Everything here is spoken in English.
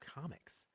comics